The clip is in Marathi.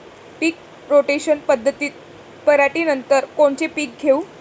पीक रोटेशन पद्धतीत पराटीनंतर कोनचे पीक घेऊ?